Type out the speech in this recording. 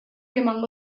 emango